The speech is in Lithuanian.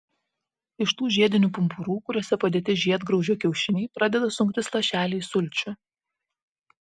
iš tų žiedinių pumpurų kuriuose padėti žiedgraužio kiaušiniai pradeda sunktis lašeliai sulčių